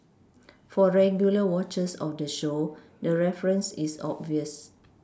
for regular watchers of the show the reference is obvious